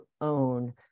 own